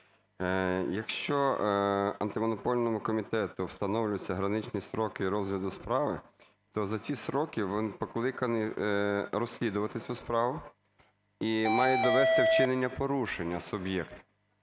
Якщо Антимонопольному комітету встановлюються граничні строки розгляду справи, то за ці строки вони покликані розслідувати цю справу і мають довести вчинення порушення суб'єкт.